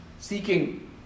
seeking